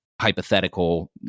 hypothetical